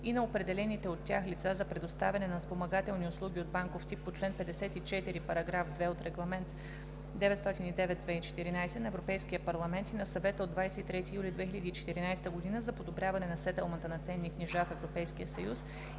и на определените от тях лица за предоставяне на спомагателни услуги от банков тип по чл. 54, параграф 2 от Регламент (ЕС) № 909/2014 на Европейския парламент и на Съвета от 23 юли 2014 година за подобряване на сетълмента на ценни книжа в Европейския съюз